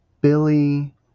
Billy